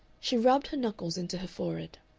she rubbed her knuckles into her forehead.